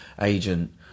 agent